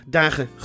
dagen